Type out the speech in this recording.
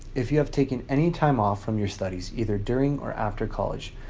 if you have taken any time off from your studies, either during or after college,